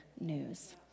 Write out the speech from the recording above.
news